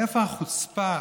מאיפה החוצפה,